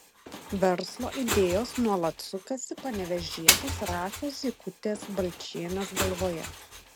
verslo idėjos nuolat sukasi panevėžietės rasos zykutės balčienės galvoje